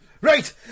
Right